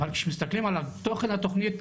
כשמסתכלים על תוכן התוכנית,